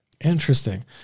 Interesting